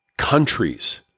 Countries